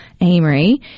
Amory